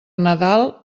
nadal